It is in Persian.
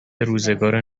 روزگار